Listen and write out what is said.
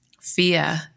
fear